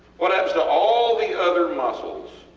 what happens to all these other muscles